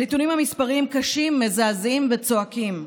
הנתונים המספריים קשים, מזעזעים וצועקים.